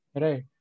Right